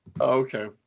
Okay